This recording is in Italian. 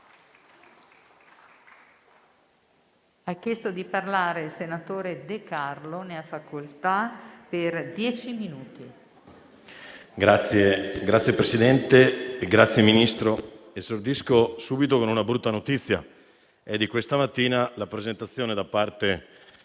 Signor Presidente, ringrazio il Ministro ed esordisco subito con una brutta notizia. È di questa mattina la presentazione da parte